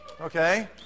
okay